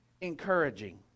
encouraging